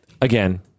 again